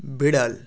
বেড়াল